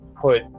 put